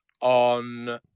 on